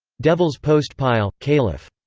devils postpile, calif.